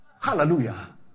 hallelujah